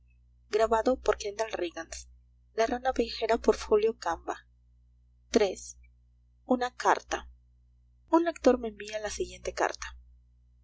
iii una carta un lector me envía la siguiente carta